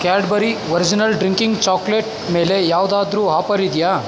Cadbury original drinking chocolate ಮೇಲೆ ಯಾವುದಾದ್ರೂ offer ಇದೆಯಾ